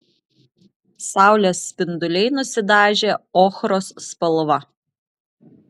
saulės spinduliai nusidažė ochros spalva